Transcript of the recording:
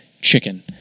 chicken